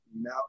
Now